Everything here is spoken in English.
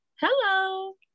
Hello